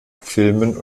filmen